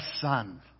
Son